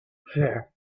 fear